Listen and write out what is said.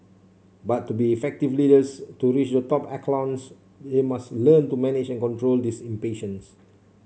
but to be effective leaders to reach the top echelons they must learn to manage and control this impatience